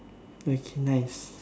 okay nice